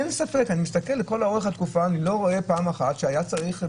אני מסתכל לאורך כל התקופה ואני לא רואה פעם אחת שהיה צריך,